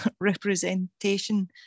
representation